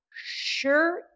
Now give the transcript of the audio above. Sure